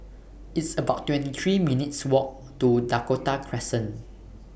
It's about twenty three minutes' Walk to Dakota Crescent